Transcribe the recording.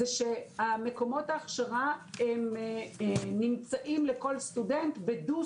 זה שמקומות ההכשרה נמצאים עבור כל סטודנט בדו